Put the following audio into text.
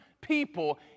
people